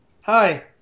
Hi